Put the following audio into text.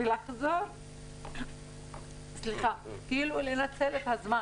ולחזור כאילו לנצל את הזמן.